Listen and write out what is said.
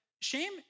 shame